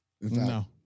No